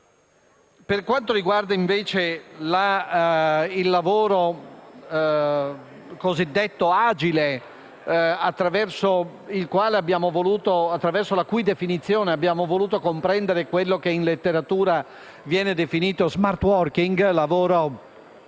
Per quanto riguarda, invece, il lavoro cosiddetto agile, attraverso la cui definizione abbiamo voluto comprendere quello che in letteratura viene definito *smart working* (lavoro